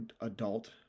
adult